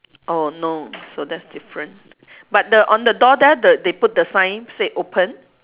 oh no so that's different but the on the door there the they put the sign said open